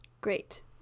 Great